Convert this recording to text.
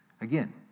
Again